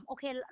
Okay